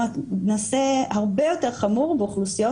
המעשה הזה הוא הרבה יותר חמור באוכלוסיות